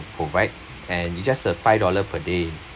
provide and it's just a five dollar per day